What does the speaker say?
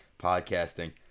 podcasting